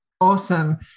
Awesome